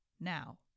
now